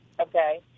okay